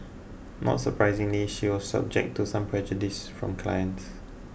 not surprisingly she was subject to some prejudice from clients